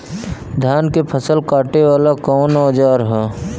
धान के फसल कांटे वाला कवन औजार ह?